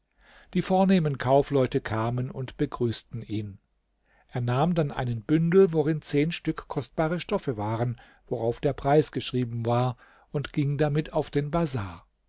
die vornehmen kaufleute kamen und begrüßten ihn er nahm dann einen bündel worin zehn stück kostbare stoffe waren worauf der preis geschrieben war und ging damit auf den bazar